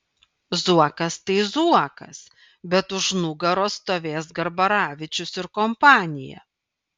zuokas tai zuokas bet už nugaros stovės garbaravičius ir kompanija